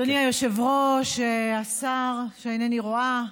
אדוני היושב-ראש, השר שאינני רואה,